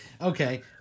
Okay